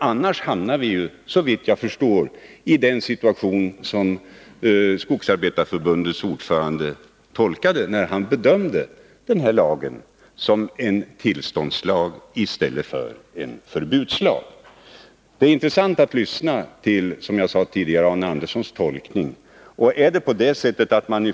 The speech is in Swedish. Annars hamnar vi, såvitt jag förstår, i den situation som Skogsarbetareförbundets ordförande angav, när han bedömde denna lag såsom en tillståndslag i stället för en förbudslag. Det var, som jag sade tidigare, intressant att lyssna på Arne Anderssons tolkning.